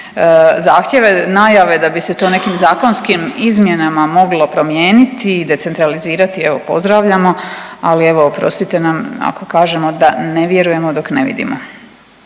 zahtjeve. Najave da bi se to nekim zakonskim izmjenama moglo promijeniti i decentralizirati evo pozdravljamo, ali evo oprostite nam ako kažemo da ne vjerujemo dok ne vidimo.